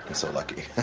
so lucky.